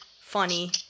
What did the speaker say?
funny